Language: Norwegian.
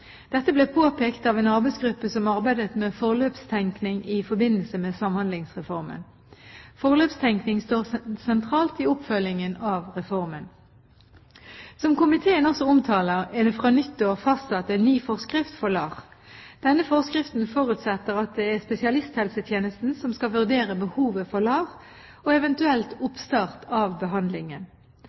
Dette ble påpekt av en arbeidsgruppe som arbeidet med forløpstenkning i forbindelse med Samhandlingsreformen. Forløpstenkning står sentralt i oppfølgingen av reformen. Som komiteen også omtaler, er det fra nyttår fastsatt en ny forskrift for LAR. Denne forskriften forutsetter at det er spesialisthelsetjenesten som skal vurdere behovet for LAR og eventuell oppstart av behandlingen.